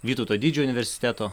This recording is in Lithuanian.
vytauto didžiojo universiteto